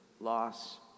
loss